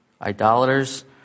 idolaters